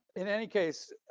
in any case,